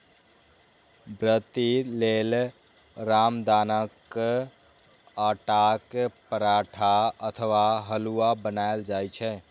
व्रती लेल रामदानाक आटाक पराठा अथवा हलुआ बनाएल जाइ छै